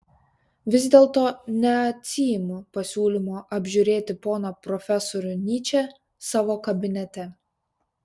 vis dėlto neatsiimu pasiūlymo apžiūrėti poną profesorių nyčę savo kabinete